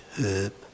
herb